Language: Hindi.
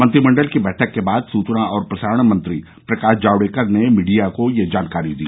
मंत्रिमंडल की बैठक के बाद सूचना और प्रसारण मंत्री प्रकाश जावडेकर ने मीडिया को यह जानकारी दी